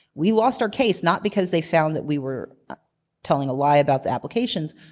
we lost our case not because they found that we were telling a lie about the applications.